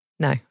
No